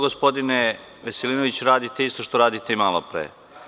Gospodine Veselinoviću, radite isto što ste radili i malo pre.